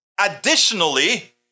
Additionally